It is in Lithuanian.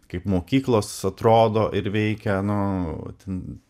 kaip mokyklos atrodo ir veikia nu ten